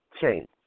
change